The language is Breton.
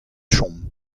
chom